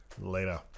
Later